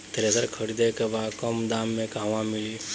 Thresher खरीदे के बा कम दाम में कहवा मिली?